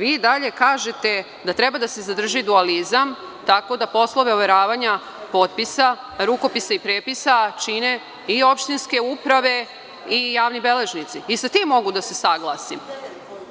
Vi dalje kažete da treba da se zadrži dualizam, tako da poslove overavanja potpisa, rukopisa i prepisa čine i opštinske uprave i javni beležnici i sa tim mogu da se saglasim,